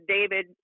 David